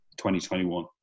2021